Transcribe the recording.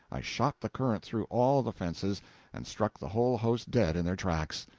i shot the current through all the fences and struck the whole host dead in their tracks!